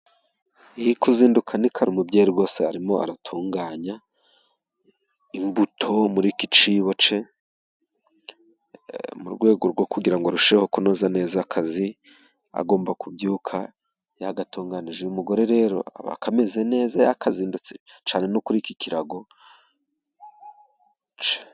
Kuzinduka ni kara umubyeyi rwose arimo aratunganya imbuto mur'iki kibo cye, mu rwego rwo kugira arusheho kunoza neza akazi agomba kubyuka yagatunganije, uyu mugore rero abameze neza y'akazindetse cyane no kuri ik'ikirago cye.